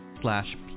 slash